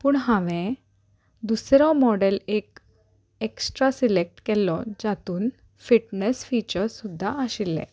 पूण हांवें दुसरो मॉडेल एक एक्स्ट्रा सिलेक्ट केल्लो जातून फिटनस फिचर्स सुद्दा आशिल्ले